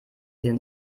den